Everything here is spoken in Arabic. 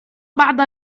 بعد